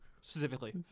specifically